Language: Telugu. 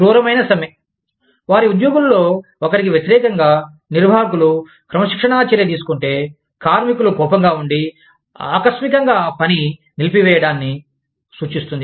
క్రూరమైన సమ్మె వారి సహోద్యోగులలో ఒకరికి వ్యతిరేకంగా నిర్వాహకులు క్రమశిక్షణా చర్య తీసుకుంటే కార్మికులు కోపంగాఉండి ఆకస్మికంగా పని నిలిపివేయడాన్ని సూచిస్తుంది